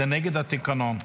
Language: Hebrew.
זה נגד התקנון.